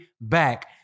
back